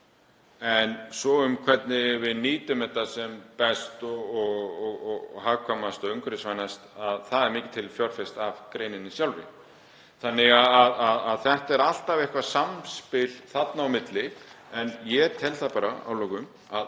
En svo hvernig við nýtum þetta sem best og hagkvæmast og umhverfisvænast, það er mikið til fjárfest af greininni sjálfri. Þannig að þetta er alltaf eitthvert samspil þarna á milli. En ég tel bara að